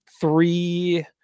three